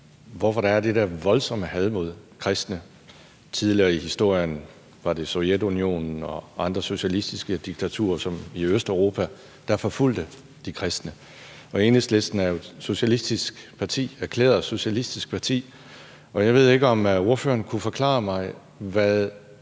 hvorfor der er det der voldsomme had mod kristne. Tidligere i historien var det Sovjetunionen og andre socialistiske diktaturer i Østeuropa, der forfulgte de kristne. Og Enhedslisten er jo et erklæret socialistisk parti, og jeg ved ikke, om ordføreren kunne forklare mig, hvad